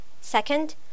Second